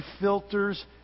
filters